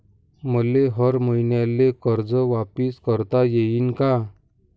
मले हर मईन्याले कर्ज वापिस करता येईन का?